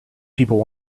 people